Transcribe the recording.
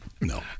No